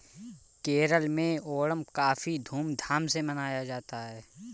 केरल में ओणम काफी धूम धाम से मनाया जाता है